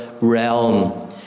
realm